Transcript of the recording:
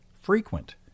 frequent